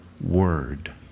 word